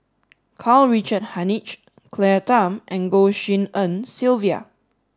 Karl Richard Hanitsch Claire Tham and Goh Tshin En Sylvia